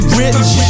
rich